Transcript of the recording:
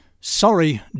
Sorry